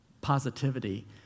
positivity